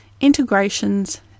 integrations